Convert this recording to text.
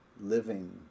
living